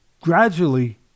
gradually